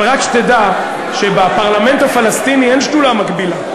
אבל רק שתדע שבפרלמנט הפלסטיני אין שדולה מקבילה,